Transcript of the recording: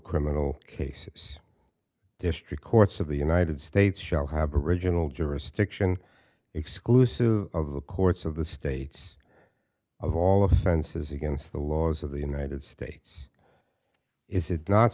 criminal cases district courts of the united states shall have original jurisdiction exclusive of the courts of the states of all offenses against the laws of the united states is it not